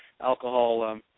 alcohol